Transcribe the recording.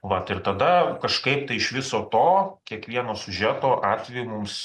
vat ir tada kažkaip tai iš viso to kiekvieno siužeto atveju mums